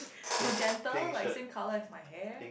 magenta like same colour as my hair